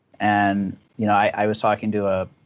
and you know i was talking to a